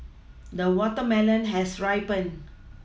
the watermelon has ripened